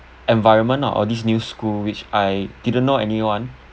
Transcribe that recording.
environment of this new school which I didn't know anyone